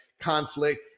conflict